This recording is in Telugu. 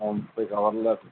ఓ ముప్పై కవర్లూ